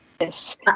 Yes